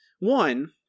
One